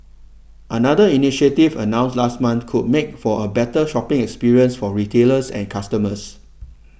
another initiative announced last month could make for a better shopping experience for retailers and customers